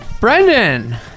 Brendan